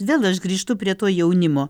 vėl grįžtu prie to jaunimo